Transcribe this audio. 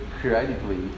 creatively